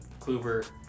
Kluber